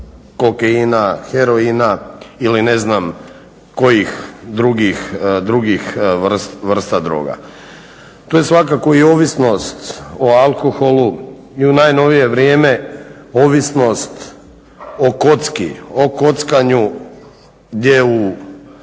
kokaina, heroina ili ne znam kojih drugih vrsta droga. To je svakako i ovisnost o alkoholu i u najnovije vrijeme ovisnost o kocki, o kockanju gdje u